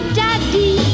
daddy